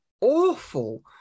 awful